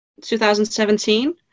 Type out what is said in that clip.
2017